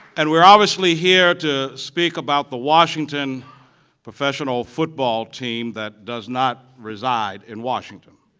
and we're obviously here to speak about the washington professional football team that does not reside in washington.